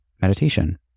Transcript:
meditation